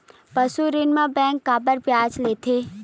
पशु ऋण म बैंक काबर ब्याज लेथे?